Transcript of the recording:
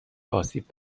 آسیب